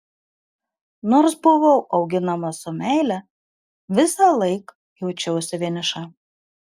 nors buvau auginama su meile visąlaik jaučiausi vieniša